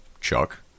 Chuck